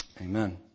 Amen